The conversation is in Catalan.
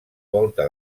volta